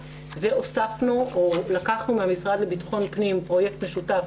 והוספנו או לקחנו מהמשרד לביטחון פנים פרויקט משותף